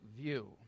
view